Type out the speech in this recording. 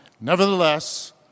Nevertheless